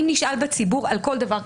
אם נשאל בציבור על כל דבר,